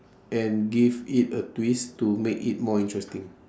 and give it a twist to make it more interesting